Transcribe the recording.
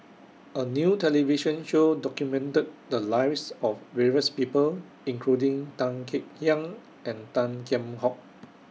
A New television Show documented The Lives of various People including Tan Kek Hiang and Tan Kheam Hock